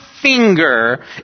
finger